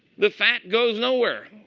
the fat goes nowhere.